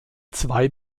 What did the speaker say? zwei